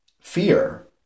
fear